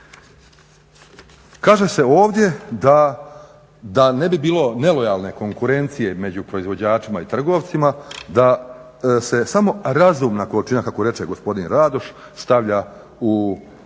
Kaže se ovdje da ne bi bilo nelojalne konkurencije među proizvođačima i trgovcima da se samo razumna količina, kako reče gospodin Radoš, stavlja u